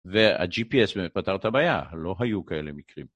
וה-GPS באמת פתר את הבעיה, לא היו כאלה מקרים.